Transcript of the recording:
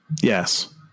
Yes